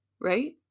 Right